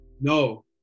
No